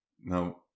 Now